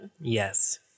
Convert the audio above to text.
Yes